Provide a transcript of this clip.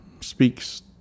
speaks